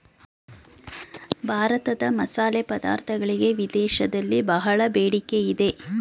ಭಾರತದ ಮಸಾಲೆ ಪದಾರ್ಥಗಳಿಗೆ ವಿದೇಶದಲ್ಲಿ ಬಹಳ ಬೇಡಿಕೆ ಇದೆ